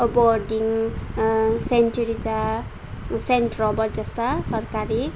बर्डिङ saint Teresa saint रबर्टजस्ता सरकारी